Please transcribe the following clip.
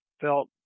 felt